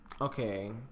Okay